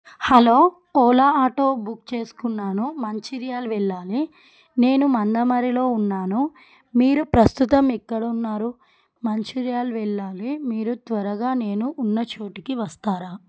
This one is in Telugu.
హలో ఓలా ఆటో బుక్ చేసుకున్నాను మంచిర్యాల వెళ్ళాలి నేను మందమరిలో ఉన్నాను మీరు ప్రస్తుతం ఎక్కడ ఉన్నారు మంచిర్యాల వెళ్ళాలి మీరు త్వరగా నేను ఉన్న చోటుకి వస్తారా